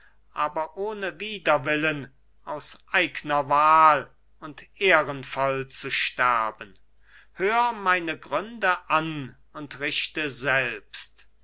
aber ohne widerwillen aus eigner wahl und ehrenvoll zu sterben hör meine gründe an und richte selbst